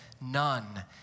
none